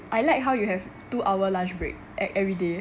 I like how you have two hour lunch break at every day